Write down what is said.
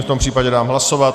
V tom případě dám hlasovat.